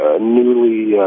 newly